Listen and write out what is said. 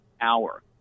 Hour